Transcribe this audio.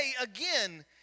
again